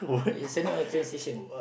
eh it's near all the train station